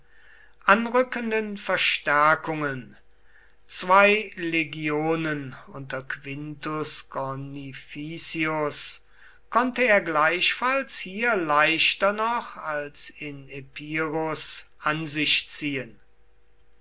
anrückenden verstärkungen zwei legionen unter quintus cornificius konnte er gleichfalls hier leichter noch als in epirus an sich ziehen